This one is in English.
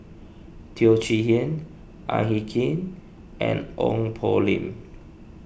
Teo Chee Hean Ang Hin Kee and Ong Poh Lim